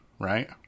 right